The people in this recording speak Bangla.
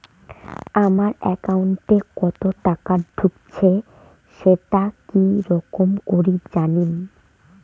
আমার একাউন্টে কতো টাকা ঢুকেছে সেটা কি রকম করি জানিম?